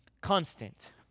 constant